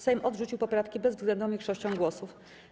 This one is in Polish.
Sejm odrzucił poprawki bezwzględną większością głosów.